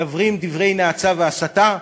מדברים דברי נאצה והסתה.